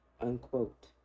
unquote